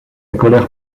colère